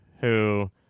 who-